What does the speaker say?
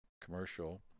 commercial